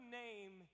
name